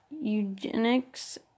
eugenics